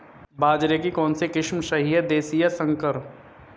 बाजरे की कौनसी किस्म सही हैं देशी या संकर?